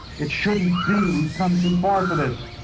it shouldn't be. we've come too far for this.